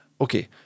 Okay